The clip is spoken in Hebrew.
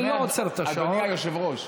אתה שומע, אדוני היושב-ראש?